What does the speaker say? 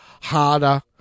harder